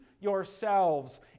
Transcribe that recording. yourselves